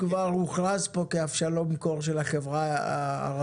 הוא כבר הוכרז כאן כאבשלום קור של החברה הערבית,